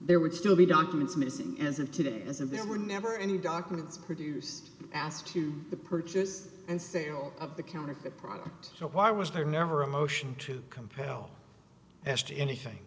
there would still be documents missing as of today isn't there were never any documents produced asked to the purchase and sale of the counterfeit product so why was there never a motion to compel us to anything